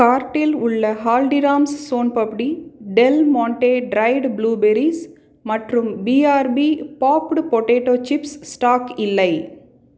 கார்ட்டில் உள்ள Haldiram's Soan Papdi Del Monte dried blueberries மற்றும் BRB popped potato chips stock இல்லை